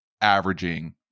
averaging